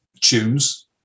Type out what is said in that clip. tunes